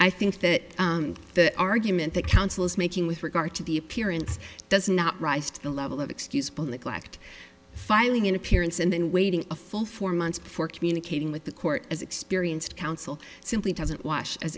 i think that the argument that counsel is making with regard to the appearance does not rise to the level of excusable neglect filing an appearance and then waiting a full four months before communicating with the court as experienced counsel simply doesn't wash as